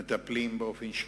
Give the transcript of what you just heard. אנחנו מטפלים באופן שוטף.